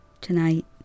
Tonight